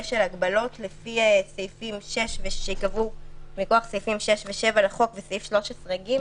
של הגבלות לפי סעיפים 6 ו-7 לחוק וסעיף 13(ג),